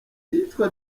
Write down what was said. iyicwa